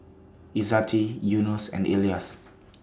Izzati Yunos and Elyas